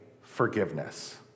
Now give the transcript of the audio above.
forgiveness